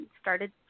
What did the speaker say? started